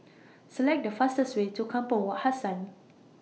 Select The fastest Way to Kampong Wak Hassan